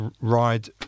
ride